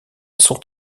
sont